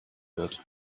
wird